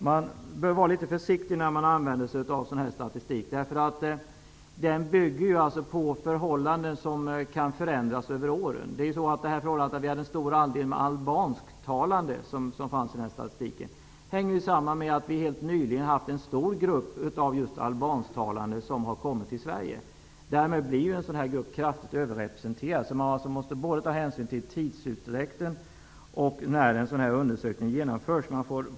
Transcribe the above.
Man bör vara försiktig när man använder sådan statistik, därför att den bygger på förhållanden som kan förändras över åren. Det förhållandet att det fanns en stor del albansktalande i statistiken hängde ju samman med att det nyligen kom just en stor grupp albansktalande till Sverige. Därmed blir en sådan grupp kraftigt överrepresenterad. Man måste alltså ta hänsyn till både tidsutdräkten och när undersökningen genomfördes.